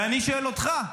ואני שואל אותך,